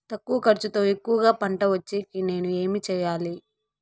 తక్కువ ఖర్చుతో ఎక్కువగా పంట వచ్చేకి నేను ఏమి చేయాలి?